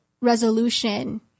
resolution